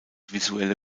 visuelle